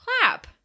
Clap